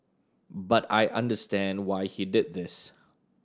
but I understand why he did this